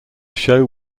show